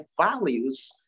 values